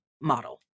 model